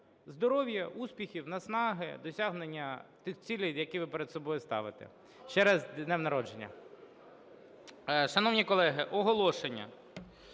здоров'я, успіхів, наснаги, досягнення цілей, які ви перед собою ставите. Ще раз з днем народження.